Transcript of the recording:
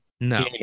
No